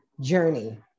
journey